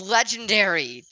Legendary